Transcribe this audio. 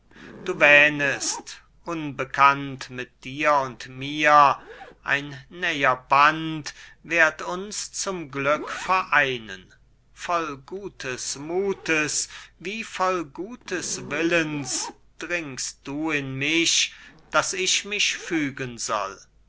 du wähnest unbekannt mit dir und mir ein näher band werd uns zum glück vereinen voll guten muthes wie voll guten willens dringst du in mich daß ich mich fügen soll